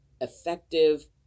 effective